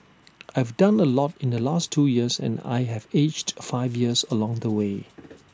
I have done A lot in the last two years and I have aged five years along the way